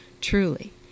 truly